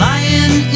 Lying